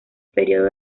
período